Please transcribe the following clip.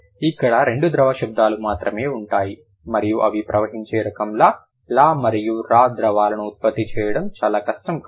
ఇక్కడ రెండు ద్రవ శబ్దాలు మాత్రమే ఉంటాయి మరియు అవి ప్రవహించే రకంగా లా మరియు రా ద్రవాలను ఉత్పత్తి చేయడం చాలా కష్టం కాదు